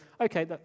Okay